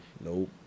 nope